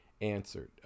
answered